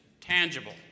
tangible